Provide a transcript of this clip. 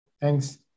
Thanks